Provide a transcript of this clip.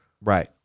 Right